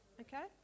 okay